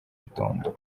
gitondo